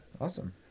Awesome